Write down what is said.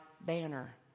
banner